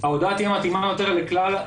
ההודעה תהיה מתאימה יותר,